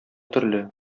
төрле